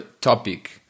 topic